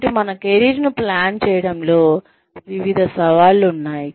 కాబట్టి మన కెరీర్ను ప్లాన్ చేయడంలో వివిధ సవాళ్లు ఉన్నాయి